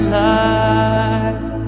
life